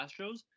Astros